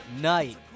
night